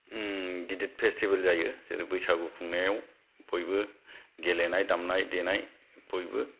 गिदिद फेस्टिभेल जायो जेरै बैसागु खुंनायाव बयबो गेलेनाय दामनाय देनाय बयबो